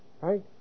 Right